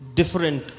different